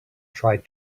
tried